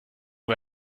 wir